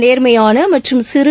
நேர்மையான மற்றும் சிறு